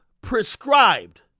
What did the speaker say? prescribed